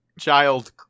child